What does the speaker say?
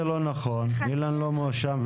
זה לא נכון אילן לא מואשם,